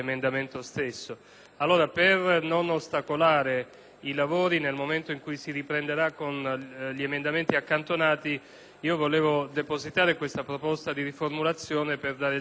per non ostacolare i lavori nel momento in cui si riprenderà con l'esame degli emendamenti accantonati, vorrei depositare la proposta di riformulazione per dare il tempo alla